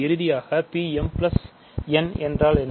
இறுதியாக P mn என்றால் என்ன